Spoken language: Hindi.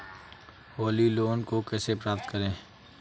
होली लोन को कैसे प्राप्त करें?